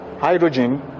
hydrogen